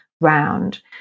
round